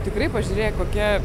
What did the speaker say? tikrai pažiūrėk kokia